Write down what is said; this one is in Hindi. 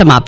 समाप्त